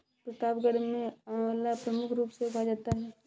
प्रतापगढ़ में आंवला प्रमुख रूप से उगाया जाता है